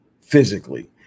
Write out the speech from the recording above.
physically